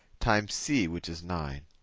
times c, which is nine.